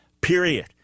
period